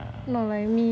yeah